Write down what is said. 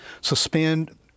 suspend